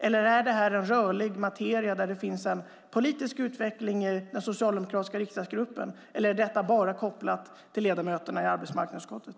Eller är det här en rörlig materia där det finns en politisk utveckling i den socialdemokratiska riksdagsgruppen? Eller är detta bara kopplat till ledamöterna i arbetsmarknadsutskottet?